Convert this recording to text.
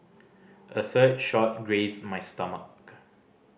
a third shot grazed my stomach